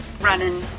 running